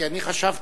כי אני חשבתי,